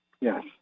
Yes